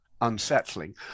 unsettling